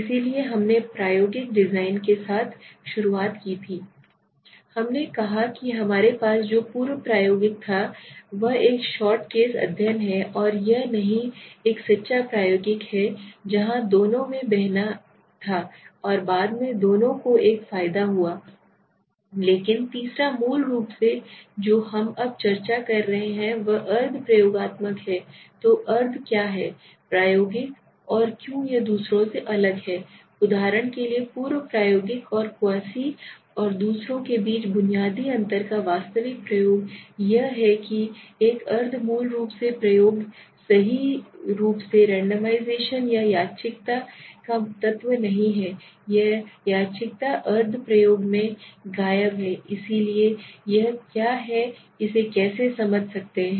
इसलिए हमने प्रायोगिक डिजाइन के साथ शुरुआत की थी हमने कहा कि हमारे पास जो पूर्व प्रायोगिक था वह एक शॉट केस अध्ययन है और यह नहीं एक सच्चा प्रायोगिक है जहाँ दोनों में बहाना था और बाद में दोनों को एक फायदा हुआ लेकिन तीसरा मूल रूप से जो हम अब चर्चा कर रहे हैं वह अर्ध प्रयोगात्मक है तो अर्ध क्या है प्रायोगिक और क्यों यह दूसरों से अलग है उदाहरण के लिए पूर्व प्रायोगिक और Quasi और दूसरों के बीच बुनियादी अंतर का वास्तविक प्रयोग यह है कि एक अर्ध मूल रूप से प्रयोग सही रूप से रेंडमाइजेशन या यादृच्छिकता का तत्व नहीं है यह यादृच्छिकता अर्ध प्रयोग में गायब है इसलिए यह क्या है इसे कैसे समझ सकते हैं